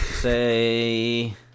Say